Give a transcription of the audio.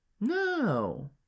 No